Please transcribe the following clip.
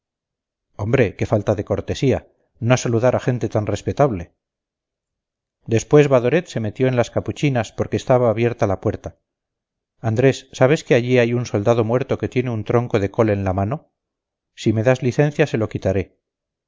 hombre qué falta de cortesía no saludar a gente tan respetable después badoret se metió en las capuchinas porque estaba abierta la puerta andrés sabes que allí hay un soldado muerto que tiene un tronco de col en la mano si me das licencia se lo quitaré